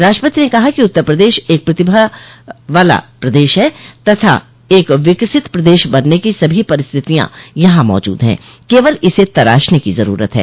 राष्ट्रपति ने कहा कि उत्तर प्रदेश एक प्रतिभा वाला प्रदेश है तथा एक विकसित प्रदेश बनने की सभी परिस्थितियां यहां मौजूद है केवल इसे तराशने की जरूरत है